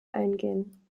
eingehen